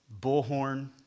bullhorn